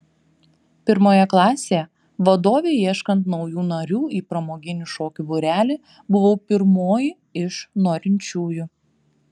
pirmoje klasėje vadovei ieškant naujų narių į pramoginių šokių būrelį buvau pirmoji iš norinčiųjų